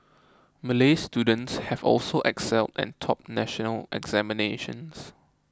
Malay students have also excelled and topped national examinations